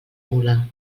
mula